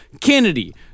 Kennedy